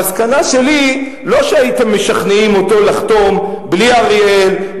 המסקנה שלי היא לא שהייתם משכנעים אותו לחתום בלי אריאל,